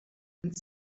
and